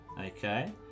Okay